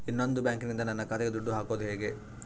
ಇನ್ನೊಂದು ಬ್ಯಾಂಕಿನಿಂದ ನನ್ನ ಖಾತೆಗೆ ದುಡ್ಡು ಹಾಕೋದು ಹೇಗೆ?